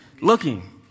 looking